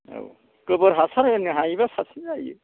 औ गोबोर हासार होनो हायोब्ला साबसिन जायो